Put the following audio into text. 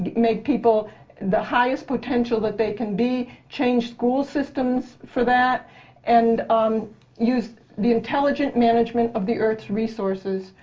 and make people the highest potential that they can be. change school systems for that and um use the intelligent management of the earth's resources.